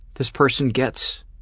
this person gets